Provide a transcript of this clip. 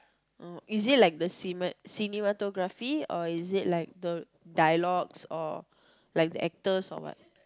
oh is it like the cine~ cinematography or is it like the dialogues or like the actors or what